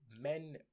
men